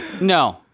No